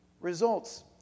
results